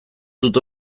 dut